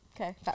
okay